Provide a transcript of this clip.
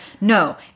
no